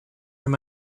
near